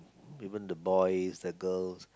even the boys the girls